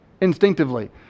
instinctively